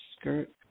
skirt